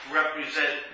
represent